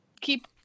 Keep